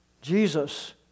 Jesus